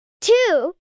two